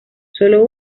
sólo